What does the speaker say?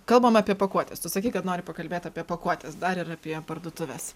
kalbam apie pakuotes tu sakei kad nori pakalbėt apie pakuotes dar ir apie parduotuves